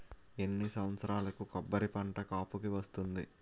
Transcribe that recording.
ఎన్ని సంవత్సరాలకు కొబ్బరి పంట కాపుకి వస్తుంది?